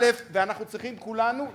ואנחנו צריכים כולנו להתעורר.